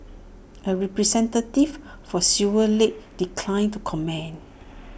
A representative for silver lake declined to comment